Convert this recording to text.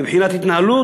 מבחינת התנהלות,